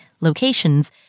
locations